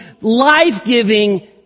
life-giving